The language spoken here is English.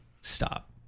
Stop